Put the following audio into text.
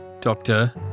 Doctor